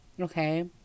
Okay